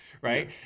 right